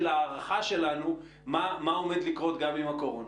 ההערכה שלנו מה עומד לקרות גם עם הקורונה.